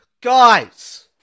Guys